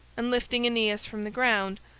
and lifting aeneas from the ground,